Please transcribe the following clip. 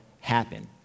happen